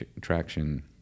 traction